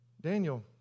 Daniel